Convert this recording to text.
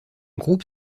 groupe